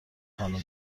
خانم